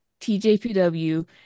TJPW